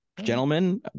gentlemen